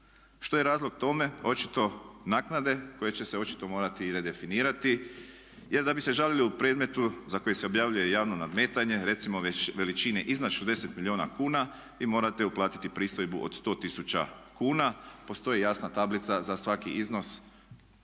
Što je razlog tome? Očito naknade koje će se očito morati i redefinirati. Jer da bi se žalili u predmetu za koji se objavljuje javno nadmetanje recimo veličine iznad 60 milijuna kuna i morate uplatiti pristojbu od 100 tisuća kuna. Postoji jasna tablica za svaki iznos